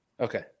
Okay